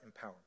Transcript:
empowerment